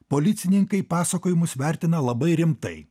policininkai pasakojimus vertina labai rimtai